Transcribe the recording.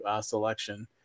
selection